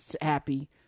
happy